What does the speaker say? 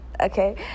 okay